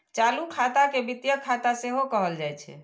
चालू खाता के वित्तीय खाता सेहो कहल जाइ छै